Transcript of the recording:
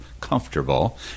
comfortable